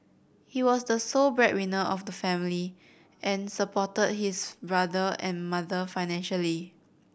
he was the sole breadwinner of the family and supported his brother and mother financially